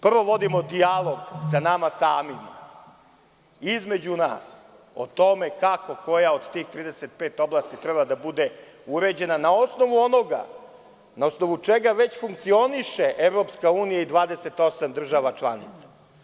Prvo vodimo dijalog sa nama samima, između nas, o tome kako koja od tih 35 oblasti treba da bude uređena na osnovu onoga na osnovu čega već funkcioniše EU i 28 država članica.